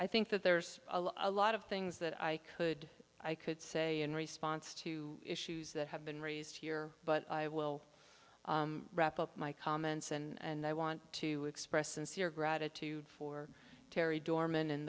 i think that there's a lot of things that i could i could say in response to issues that have been raised here but i will wrap up my comments and i want to express sincere gratitude for terry doormen in